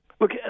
Look